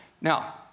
Now